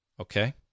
Okay